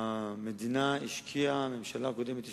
המדינה השקיעה, הממשלה הקודמת השקיעה,